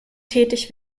tätig